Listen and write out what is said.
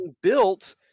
built